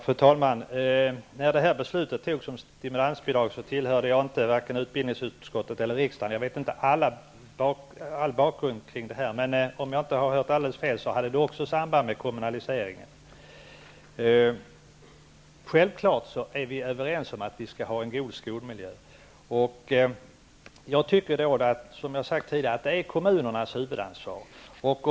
Fru talman! När beslutet om stimulansbidrag fattades tillhörde jag varken utbildningsutskottet eller riksdagen. Således känner jag inte till hela bakgrunden här. Om jag inte hört alldeles fel fanns det ett samband med kommunaliseringen. Självfallet är vi överens om vikten av en god skolmiljö. Som jag sagt tidigare har kommunerna huvudansvaret i detta sammanhang.